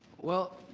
well,